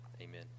Amen